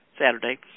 Saturday